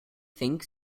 think